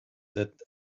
that